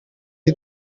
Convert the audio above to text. you